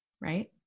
right